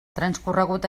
transcorregut